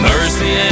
Mercy